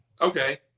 Okay